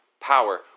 power